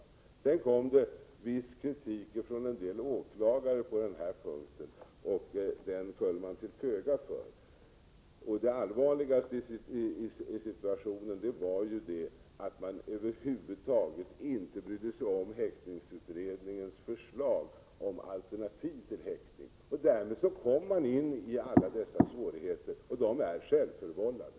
Det riktades viss kritik från en del åklagare på den här punkten, vilken godtogs. Det allvarligaste i situationen var att häktningsutredningens förslag om alternativ till häktning över huvud taget inte beaktades. Därmed uppstod alla dessa svårigheter, som är självförvållade.